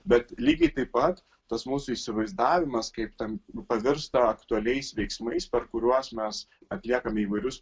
bet lygiai taip pat tas mūsų įsivaizdavimas kaip tem pavirsta aktualiais veiksmais per kuriuos mes atliekame įvairius